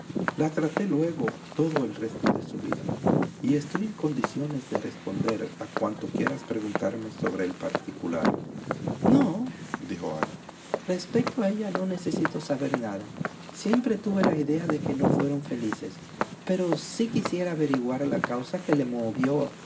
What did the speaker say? la traté luego todo el resto de su vida y estoy en condiciones de responder a cuanto quieras preguntarme sobre el particular nodijo ana respecto a ella no necesito saber nada siempre tuve la idea de que no fueron felices pero sí quisiera averiguar la causa que le movió